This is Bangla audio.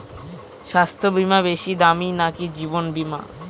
স্বাস্থ্য বীমা বেশী দামী নাকি জীবন বীমা?